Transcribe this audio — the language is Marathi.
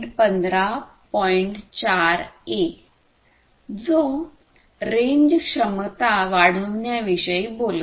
4a जो रेंज क्षमता वाढविण्याविषयी बोलतो